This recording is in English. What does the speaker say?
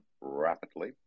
rapidly